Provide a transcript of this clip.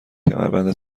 کمربند